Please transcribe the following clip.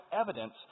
evidence